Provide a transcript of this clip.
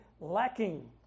lacking